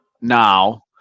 now